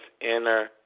inner